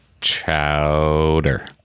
Chowder